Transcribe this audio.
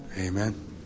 Amen